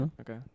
Okay